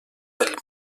pel